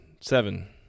Seven